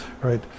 right